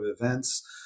events